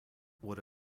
would